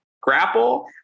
grapple